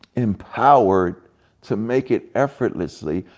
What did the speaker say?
empowered to make it effortlessly,